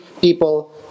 people